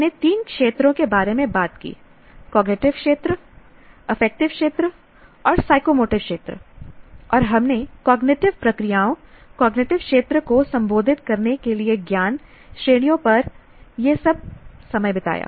हमने तीन क्षेत्रों के बारे में बात की कॉग्निटिव क्षेत्र अफेक्क्टिव क्षेत्र और साइकोमोटिव क्षेत्र और हमने कॉग्निटिव प्रक्रियाओं कॉग्निटिव क्षेत्र को संबोधित करने के लिए ज्ञान श्रेणियों पर यह सब समय बिताया